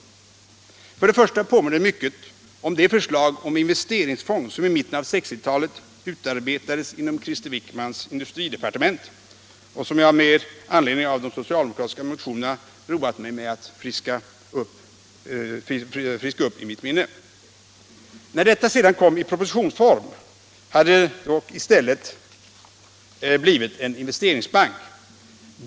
Det påminner för det första mycket om det förslag om investeringsfond som i mitten av 1960-talet utarbetades inom Krister Wickmans industridepartement och som jag med anledning av de socialdemokratiska motionerna roat mig med att friska upp i mitt minne. När detta förslag sedan kom i propositionsform hade det dock i stället blivit en investeringsbank.